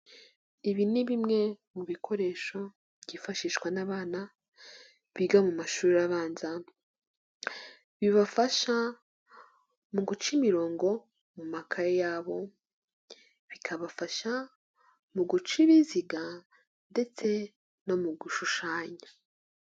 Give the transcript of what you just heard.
Ibi ni bimwe mu bikoresho byifashishwa n'abana biga mu mashuri abanza, bibafasha mu guca imirongo mu makaye yabo, bikabafasha mu guca ibiziga, ndetse no mu gushushanya.